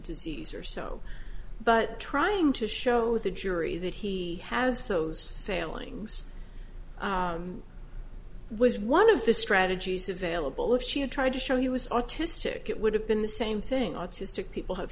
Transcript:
disease or so but trying to show the jury that he has those failings was one of the strategies available if she had tried to show he was autistic it would have been the same thing autistic people have